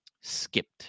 skipped